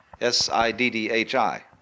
S-I-D-D-H-I